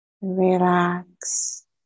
relax